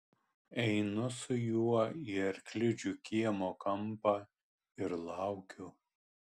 einu su juo į arklidžių kiemo kampą ir laukiu